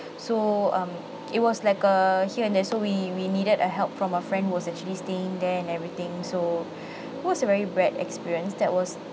so um it was like err here and there so we we needed uh help from a friend who was actually staying there and everything so was a very bad experience that was